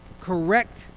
correct